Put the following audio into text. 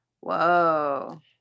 Whoa